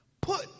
put